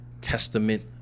Testament